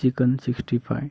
chicken sixty five